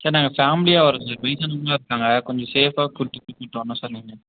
sir நாங்கள் ஃபேம்லியாக வரோம் சார் வயசானவங்க எல்லாம் இருக்காங்க கொஞ்சம் சேஃபாக கூட்டிட்டு போயிட்டு வரணும் சார் நீங்கள்